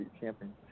camping